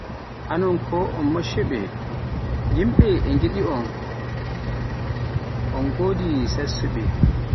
Onon ko on maccuɓe, yimɓe e njiɗi on, on godi saasɓe.